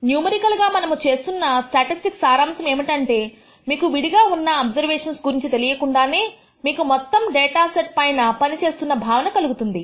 numerical గా మనము చేస్తున్న స్టాటిస్టిక్స్ సారాంశము ఏమిటంటే మీకు విడిగా ఉన్న అబ్సర్వేషన్స్ గురించి తెలియకుండానే మీకు మొత్తం డేటా సెట్ పైన పని చేస్తున్న భావన కలుగుతుంది